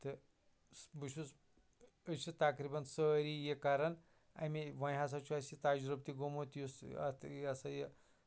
تہٕ بہٕ چھُس أسۍ چھِ تَقریٖبَن سٲری یہِ کَران اَمَے وۅنۍ ہسا چھُ اَسہِ تَجرُبہٕ تہِ گوٚومُت یُس اَتھ یا سا یہِ